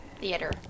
Theater